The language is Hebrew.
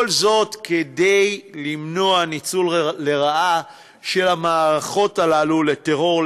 כל זאת כדי למנוע ניצול לרעה של המערכות הללו לטרור,